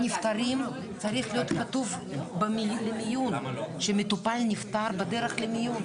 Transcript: בנפטרים צריך להיות כתוב שהמטופל נפטר בדרך למיון.